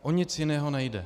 O nic jiného nejde.